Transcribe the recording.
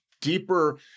deeper